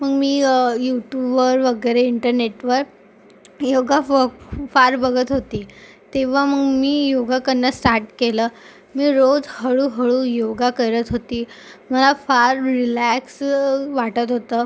मग मी युटूवर वगैरे इंटरनेटवर योगा फ फार बघत होती तेव्हा मग मी योगा करणं स्टार्ट केलं मी रोज हळूहळू योगा करत होती मला फार रिलॅक्स वाटत होतं